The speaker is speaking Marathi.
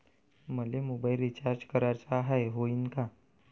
मले मोबाईल रिचार्ज कराचा हाय, होईनं का?